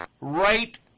right